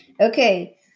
Okay